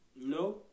No